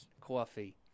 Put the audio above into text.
Coffee